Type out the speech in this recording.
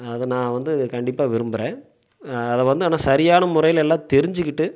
அதை நான் வந்து கண்டிப்பாக விரும்புகிறேன் அதை வந்து ஆனால் சரியான முறையில் எல்லாம் தெரிஞ்சிக்கிட்டு